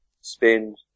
spend